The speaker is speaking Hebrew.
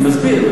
אני מסביר.